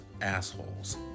Assholes